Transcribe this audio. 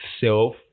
self